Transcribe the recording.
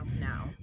now